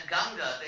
Ganga